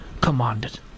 commanded